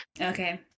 Okay